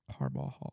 Harbaugh